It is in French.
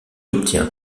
obtient